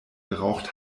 geraucht